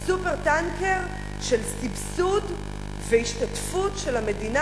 ה"סופר-טנקר" של סבסוד והשתתפות של המדינה